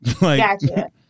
Gotcha